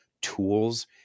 tools